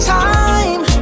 time